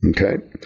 Okay